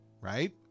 right